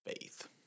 faith